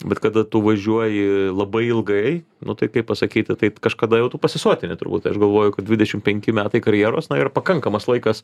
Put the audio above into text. bet kada tu važiuoji labai ilgai nu tai kaip pasakyti tai kažkada jau tu pasisotini turbūt tai aš galvoju kad dvidešim penki metai karjeros na yra pakankamas laikas